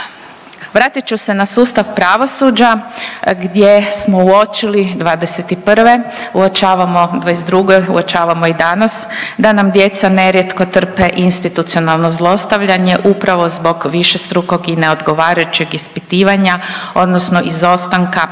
Vratit ću se na sustav pravosuđa gdje smo uočili '21. uočavamo '22., uočavamo i danas da nam djeca nerijetko trpe institucionalno zlostavljanje upravo zbog višestrukog i neodgovarajućeg ispitivanja odnosno izostanka